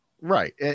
Right